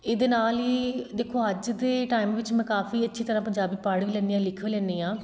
ਇਹਦੇ ਨਾਲ ਹੀ ਦੇਖੋ ਅੱਜ ਦੇ ਟਾਈਮ ਵਿੱਚ ਮੈਂ ਕਾਫੀ ਅੱਛੀ ਤਰ੍ਹਾਂ ਪੰਜਾਬੀ ਪੜ੍ਹ ਵੀ ਲੈਂਦੀ ਹਾਂ ਲਿਖ ਵੀ ਲੈਂਦੀ ਹਾਂ